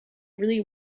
really